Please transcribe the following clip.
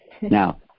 now